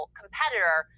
competitor